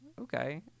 Okay